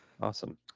Awesome